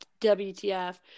wtf